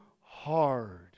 hard